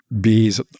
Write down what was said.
bees